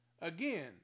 Again